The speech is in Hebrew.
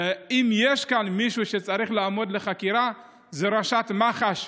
ואם יש כאן מישהו שצריך לעמוד לחקירה זה ראשת מח"ש,